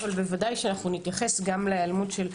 אבל בוודאי שאנחנו נתייחס גם להיעלמות של מויישי,